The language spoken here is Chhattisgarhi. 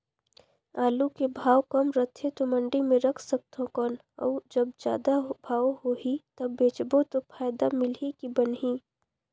आलू के भाव कम रथे तो मंडी मे रख सकथव कौन अउ जब जादा भाव होही तब बेचबो तो फायदा मिलही की बनही?